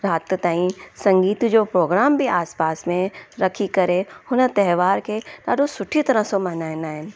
राति ताईं संगीत जो प्रोग्राम बि आस पास में रखी करे हुन त्योहार खे ॾाढो सुठे तरह सां मल्हाईंदा आहिनि